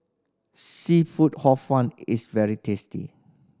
seafood Hor Fun is very tasty